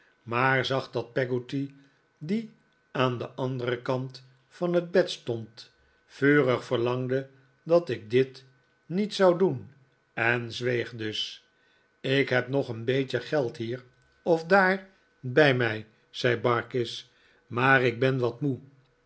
maar zag dat peggotty die aan den anderen kant van het bed stond vurig verlangde dat ik dit niet zou doen en ik zweeg dus ik heb nog een beetje geld hier of daar bij mij zei barkis maar ik ben wat moe